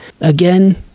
Again